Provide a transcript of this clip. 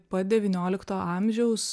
pat devyniolikto amžiaus